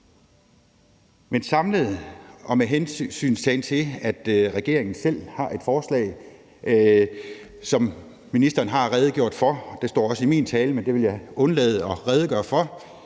Samlet set og under hensyntagen til, at regeringen selv har et forslag, som ministeren har redegjort for – det står også i min tale, men det vil jeg undlade at sige, for